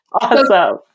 awesome